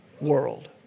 world